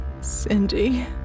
Cindy